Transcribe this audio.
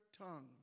tongue